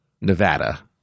Nevada